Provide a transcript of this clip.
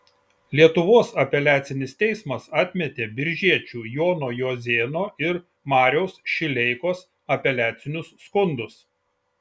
lietuvos apeliacinis teismas atmetė biržiečių jono juozėno ir mariaus šileikos apeliacinius skundus